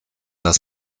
das